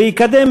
ויקדם,